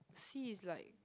see is like